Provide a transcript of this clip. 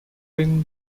been